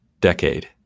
decade